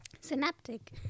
synaptic